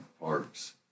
parks